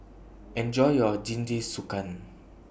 Enjoy your Jingisukan